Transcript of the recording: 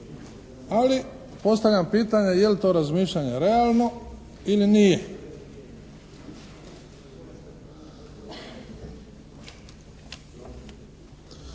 Ali postavljam pitanje je li to razmišljanje realno ili nije?